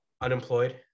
unemployed